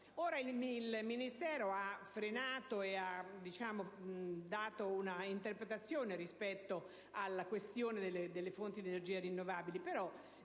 Il Ministero ha frenato e ha fornito un'interpretazione rispetto alla questione delle fonti di energia rinnovabili.